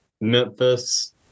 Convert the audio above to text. Memphis